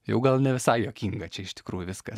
jau gal ne visai juokinga čia iš tikrųjų viskas